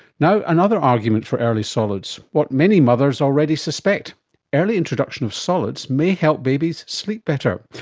now another argument for early solids, what many mothers already suspect early introduction of solids may help babies sleep better.